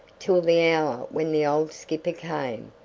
till the hour when the old skipper came,